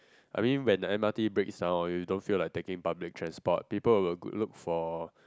I mean when M_R_T breaks down you don't feel like taking public transport people will look for